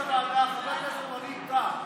כשהולך יושב-ראש הוועדה חבר הכנסת ווליד טאהא